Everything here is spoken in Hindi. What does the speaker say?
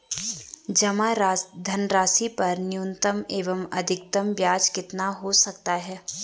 जमा धनराशि पर न्यूनतम एवं अधिकतम ब्याज कितना हो सकता है?